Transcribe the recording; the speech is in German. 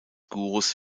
gurus